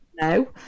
No